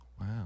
Wow